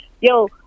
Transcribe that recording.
Yo